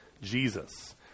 Jesus